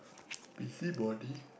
busybody